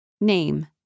Name